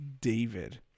David